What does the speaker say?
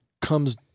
comes